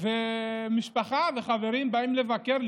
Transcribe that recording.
ומשפחה וחברים באו לבקר,